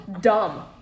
dumb